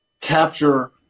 capture